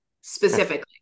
specifically